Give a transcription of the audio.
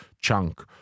chunk